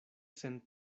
sen